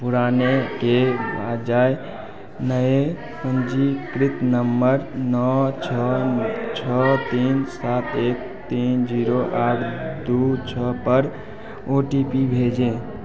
पुराने के बजाय नए पंजीकृत नंबर नौ छः चा तीन सात एक तीन ज़ीरो आठ दो छः पर ओ टी पी भेजें